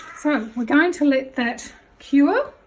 so we're going to let that cure